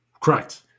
Correct